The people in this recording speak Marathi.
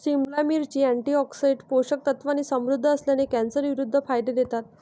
सिमला मिरची, अँटीऑक्सिडंट्स, पोषक तत्वांनी समृद्ध असल्याने, कॅन्सरविरोधी फायदे देतात